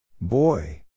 Boy